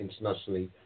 internationally